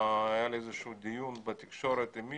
היה לי איזה שהוא דיון בתקשורת עם מישהו,